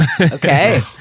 Okay